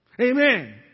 amen